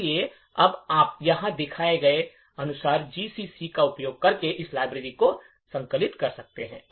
इसलिए अब आप यहां दिखाए गए अनुसार जीसीसी का उपयोग करके इस लाइब्रेरी को संकलित कर सकते हैं